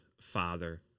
father